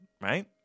Right